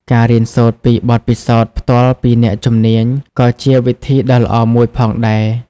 ការរៀនសូត្រពីបទពិសោធន៍ផ្ទាល់ពីអ្នកជំនាញក៏ជាវិធីដ៏ល្អមួយផងដែរ។